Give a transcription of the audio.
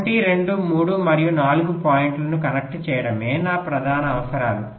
1 2 3 మరియు 4 పాయింట్లను కనెక్ట్ చేయడమే నా ప్రధాన అవసరాలు